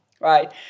right